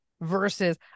versus